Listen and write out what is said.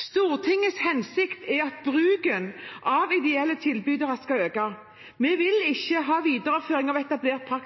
Stortingets hensikt er at bruken av ideelle tilbydere skal øke. Vi vil ikke ha